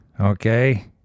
okay